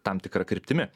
tam tikra kryptimi